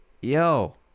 yo